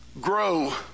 grow